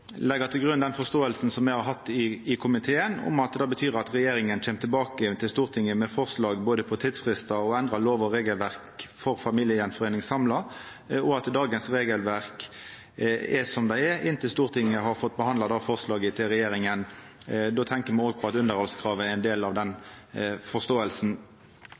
til grunn den forståinga som me har hatt i komiteen, om at det tyder at regjeringa kjem tilbake til Stortinget med samla forslag til både tidsfristar og endra lov- og regelverk for familiegjenforeining, og at dagens regelverk er som det er inntil Stortinget har fått behandla forslaget til regjeringa. Då tenkjer me òg på at underhaldskravet er ein del av den